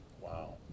Wow